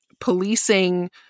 policing